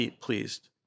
pleased